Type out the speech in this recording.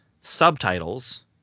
subtitles